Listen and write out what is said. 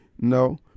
no